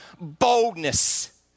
boldness